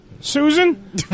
Susan